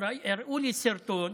הראו לי סרטון,